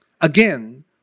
Again